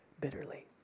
bitterly